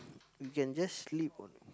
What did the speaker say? you can just sleep on